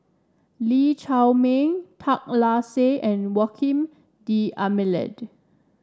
Lee Chiaw Meng Tan Lark Sye and Joaquim D'Almeida